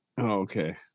okay